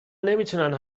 نمیتونن